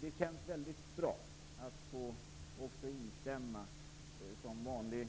Det känns väldigt bra att som vanlig